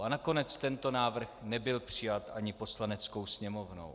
A nakonec tento návrh nebyl přijat ani Poslaneckou sněmovnou.